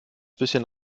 bisschen